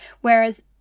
Whereas